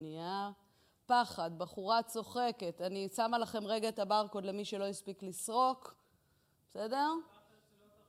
פחד, בחורה צוחקת, אני שמה לכם רגע את הברקוד למי שלא הספיק לסרוק, בסדר?